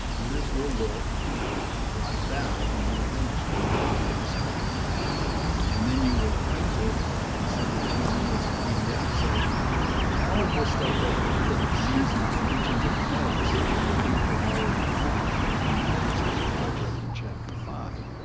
yours will look like that when you're finished, when you draw the isometric and then you will print it and send it to me as a pdf. so all of this stuff over here, the views and the dimensions and the notes you have already drawn. if you finish this project in chapter five.